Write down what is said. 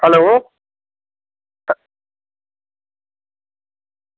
hello